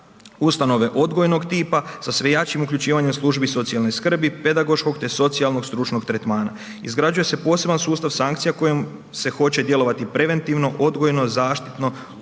ustanove odgojnog tipa sa sve jačim uključivanjem službi socijalne skrbi, pedagoškog te socijalnog stručnog tretmana. Izgrađuje se poseban sustav sankcija kojim se hoće djelovati preventivno, odgojno, zaštitno, obrazovno,